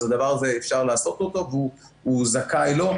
אז אפשר לעשות את הדבר הזה, הוא זכאי לו.